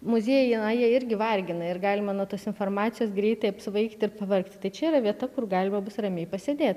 muziejai na jie irgi vargina ir galima nuo tos informacijos greitai apsvaigti ir pavargti tai čia yra vieta kur galima bus ramiai pasėdėt